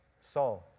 Saul